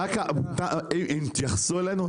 הם יתייחסו אלינו?